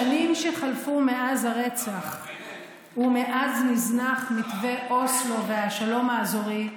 בשנים שחלפו מאז הרצח ומאז נזנח מתווה אוסלו והשלום האזורי,